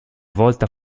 volta